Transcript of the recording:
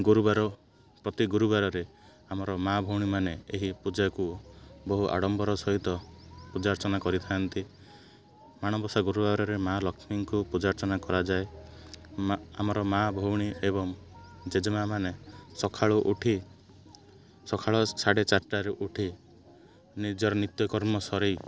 ଗୁରୁବାର ପ୍ରତି ଗୁରୁବାରରେ ଆମର ମା ଭଉଣୀ ମାନେ ଏହି ପୂଜାକୁ ବହୁ ଆଡ଼ମ୍ବର ସହିତ ପୂଜା ଅର୍ଚ୍ଚନା କରିଥାନ୍ତି ମାଣବସା ଗୁରୁବାରରେ ମା ଲକ୍ଷ୍ମୀଙ୍କୁ ପୂଜା ଅର୍ଚ୍ଚନା କରାଯାଏ ମା ଆମର ମା ଭଉଣୀ ଏବଂ ଜେଜେମା ମାନେ ସକାଳୁ ଉଠି ସକାଳ ସାଢ଼େ ଚାରିଟାରେ ଉଠି ନିଜର ନିତ୍ୟକର୍ମ ସରେଇ